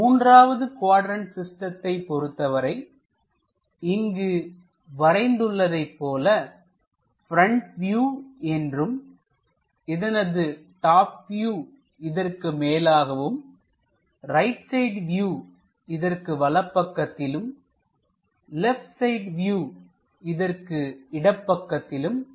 3 வது குவாட்ரண்ட் சிஸ்டத்தைப் பொறுத்தவரை இங்கு வரைந்து உள்ளதைப்போல பிரண்ட் வியூ என்றும் இதனது டாப் வியூ இதற்கு மேலாகவும் ரைட் சைடு வியூ இதற்கு வலப்பக்கத்திலும் லெப்ட் சைடு வியூ இதற்கு இடப்பக்கத்திலும் அமையும்